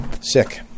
Sick